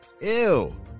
Ew